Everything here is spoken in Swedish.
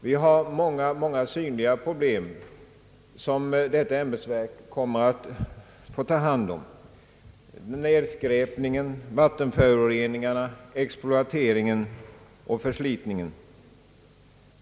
Detta ämbetsverk kommer att få ta hand om många synliga problem i vårt samhälle: nedskräpningen, vattenföroreningarna, exploateringen och förslitningen.